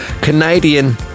Canadian